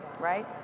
right